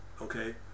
okay